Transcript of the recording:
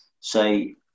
say